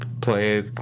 play